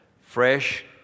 fresh